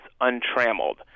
untrammeled